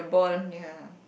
mm ya